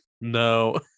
No